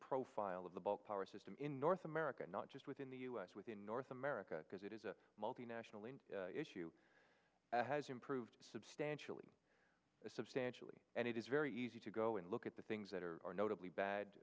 profile of the bulk power system in north america not just within the us within north america because it is a multinational and issue has improved substantially substantially and it is very easy to go and look at the things that are notably bad